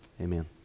amen